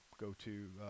go-to